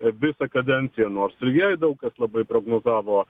visą kadenciją nors ir jai daug kas labai prognozavo